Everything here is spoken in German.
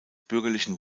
bürgerlichen